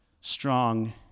strong